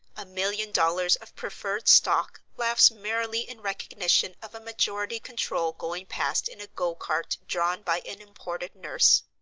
a million dollars of preferred stock laughs merrily in recognition of a majority control going past in a go-cart drawn by an imported nurse.